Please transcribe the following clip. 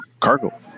cargo